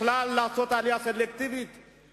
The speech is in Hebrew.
לעשות עלייה סלקטיבית בכלל,